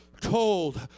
cold